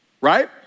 Right